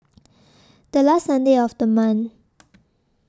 The last Sunday of The month